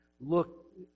look